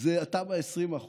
אתה ב-20%,